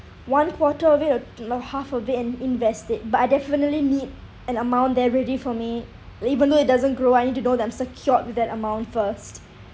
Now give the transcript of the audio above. one quarter of it or you know half of it and invest it but I definitely need an amount there ready for me even though it doesn't grow I need to know that I am secured with that amount first